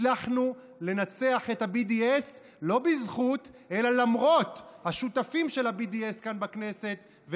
הצלחנו לנצח את ה-BDS לא בזכות אלא למרות השותפים של ה-BDS כאן בכנסת,